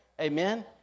amen